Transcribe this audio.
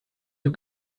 dem